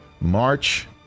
March